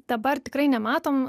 dabar tikrai nematom